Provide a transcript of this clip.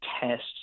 tests